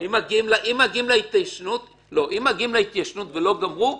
אם מגיעים להתיישנות ולא גמרו,